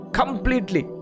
completely